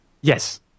Yes